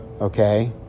Okay